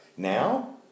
Now